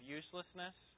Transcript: uselessness